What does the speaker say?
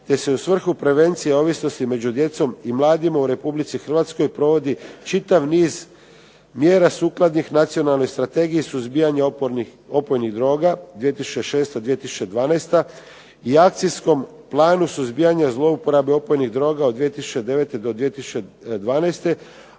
te se u svrhu prevencije ovisnosti među djecom i mladima u Republici Hrvatskoj provodi čitav niz mjera sukladnih Nacionalnoj strategiji suzbijanja opojnih droga 2006./2012. i Akcijskom planu suzbijanja zlouporabe opojnih droga od 2009. do 2012.